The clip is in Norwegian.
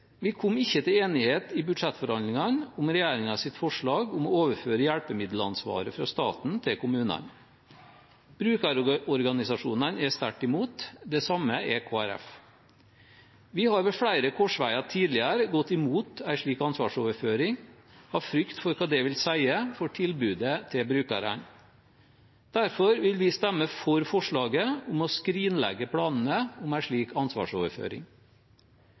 Vi kom ikke til enighet i budsjettforhandlingene om regjeringens forslag om å overføre hjelpemiddelansvaret fra staten til kommunene. Brukerorganisasjonene er sterkt imot, det samme er Kristelig Folkeparti. Vi har ved flere korsveier tidligere gått imot en slik ansvarsoverføring, av frykt for hva det vil ha å si for tilbudet til brukerne. Derfor vil vi stemme for forslaget om å skrinlegge planene om en slik ansvarsoverføring.